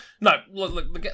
No